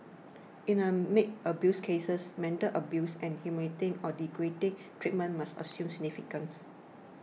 in the maid abuse cases mental abuse and humiliating or degrading treatment must assume significance